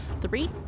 three